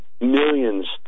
Millions